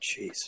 Jeez